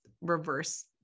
reverse